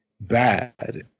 bad